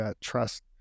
trust